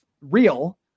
real